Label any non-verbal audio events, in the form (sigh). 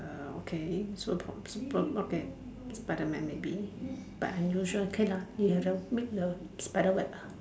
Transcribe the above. uh okay (noise) okay Spiderman maybe but unusual okay lah he can make the spider web ah